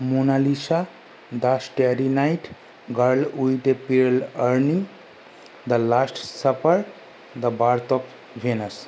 Mona Lisa the starry night girl with the pearl earring the last supper the birth of venous